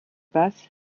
basse